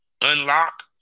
unlock